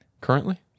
Currently